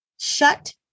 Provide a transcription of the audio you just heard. Shut